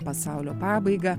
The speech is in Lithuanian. pasaulio pabaigą